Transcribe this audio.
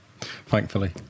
Thankfully